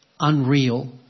Unreal